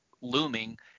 looming